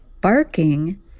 barking